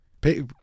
Pay